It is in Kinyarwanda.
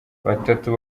batatu